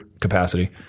capacity